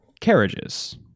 carriages